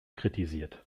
kritisiert